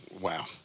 Wow